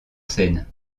seine